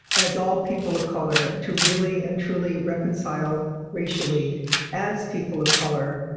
as all people of color to really and truly reconcile racially as people of color,